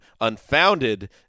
unfounded